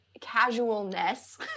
casualness